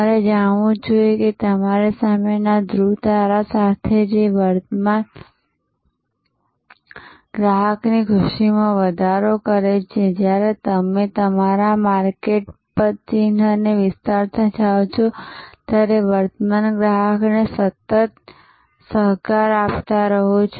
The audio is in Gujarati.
તમારે જાણવું જ જોઈએ કે તમારી સામેના ધ્રુવ તારા સાથે જે સતત વર્તમાન ગ્રાહકની ખુશીમાં વધારો કરે છે જ્યારે તમે તમારા માર્કેટ પદચિહ્નને વિસ્તરતા જાઓ ત્યારે વર્તમાન ગ્રાહકને સતત સહકાર આપતા રહે છે